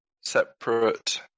separate